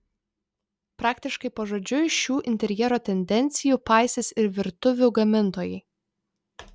praktiškai pažodžiui šių interjero tendencijų paisys ir virtuvių gamintojai